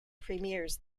premiers